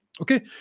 Okay